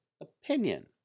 opinion